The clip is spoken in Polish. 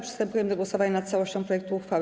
Przystępujemy do głosowania nad całością projektu uchwały.